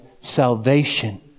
salvation